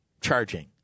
charging